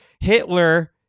Hitler